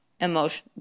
emotion